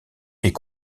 est